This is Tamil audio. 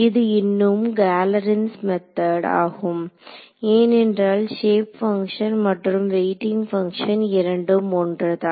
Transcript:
இது இன்னும் கேலர்கின்ஸ் மெத்தட் Galerkin's method ஆகும் ஏனென்றால் ஷேப் பங்ஷன் மற்றும் வெயிட்டிங் பங்க்ஷன் இரண்டும் ஒன்றுதான்